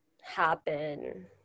happen